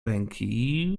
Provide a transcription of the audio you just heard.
ręki